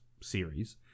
series